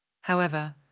However